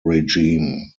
regime